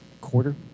quarter